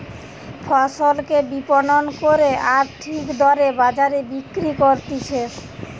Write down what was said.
ফসলকে বিপণন করে আর ঠিক দরে বাজারে বিক্রি করতিছে